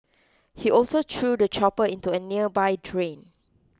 he also threw the chopper into a nearby drain